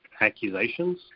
accusations